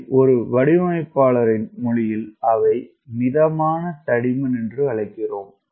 அவை ஒரு வடிவமைப்பாளரின் மொழியில் அதை மிதமான தடிமன் என்று அழைக்கிறோம்